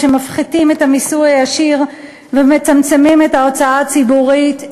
שמפחיתים את המיסוי הישיר ומצמצמים את ההוצאה הציבורית,